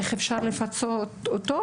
איך אפשר לפצות אותו